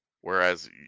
whereas